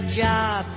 job